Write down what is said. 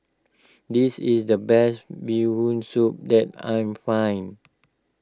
this is the best Bee Hoon Soup that I'm find